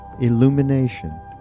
illumination